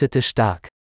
stark